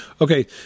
Okay